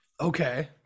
Okay